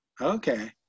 Okay